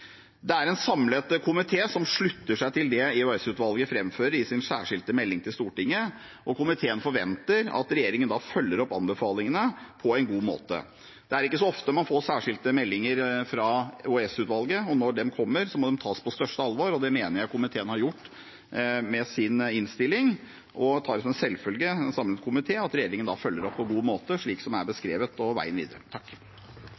Det er en samlet komité som slutter seg til det EOS-utvalget framfører i sin særskilte melding til Stortinget, og komiteen forventer at regjeringen følger opp anbefalingene på en god måte. Det er ikke så ofte man får særskilte meldinger fra EOS-utvalget, og når de kommer, må de tas på største alvor. Det mener jeg komiteen har gjort med sin innstilling, og en samlet komité tar som en selvfølge at regjeringen følger opp på god måte, slik som det er beskrevet, i veien videre. Takk